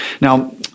Now